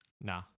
nah